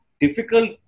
difficult